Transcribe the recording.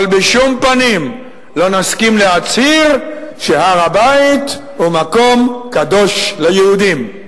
אבל בשום פנים לא נסכים להצהיר שהר-הבית הוא מקום קדוש ליהודים.